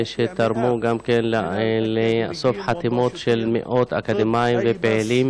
אלה תרמו גם באיסוף חתימות של מאות אקדמאים ופעילים